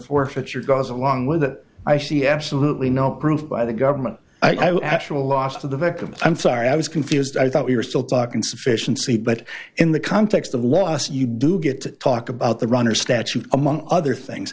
forfeiture goes along with that i see absolutely no proof by the government i would actual loss of the victims i'm sorry i was confused i thought we were still talking sufficiency but in the context of loss you do get to talk about the runner statute among other things